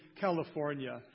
California